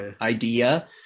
idea